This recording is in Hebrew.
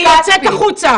תצאי החוצה.